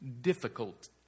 difficult